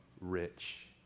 rich